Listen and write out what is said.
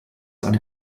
eine